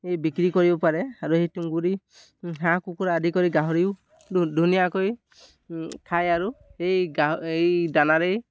এই বিক্ৰী কৰিব পাৰে আৰু সেই তুঁহগুৰি হাঁহ কুকুৰা আদি কৰি গাহৰিও ধু ধুনীয়াকৈ খায় আৰু এই গাহ এই দানাৰেই